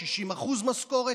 60% משכורת,